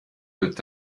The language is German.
wird